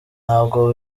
ntabwo